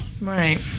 Right